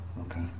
okay